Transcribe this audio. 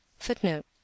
footnote